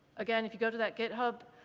again, if you go to that github